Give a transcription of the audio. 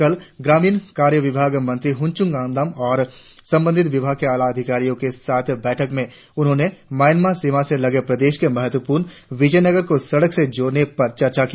कल ग्रामीन कार्य विभाग मंत्री हुनचुन ङानदाम और संबंधित विभाग के आलाधिकारियों के साथ बैठक में उन्होंने म्यांमा सीमा से लगे प्रदेश के महत्वपूर्ण विजयनगर को सड़क से जोड़ने पर चर्चा की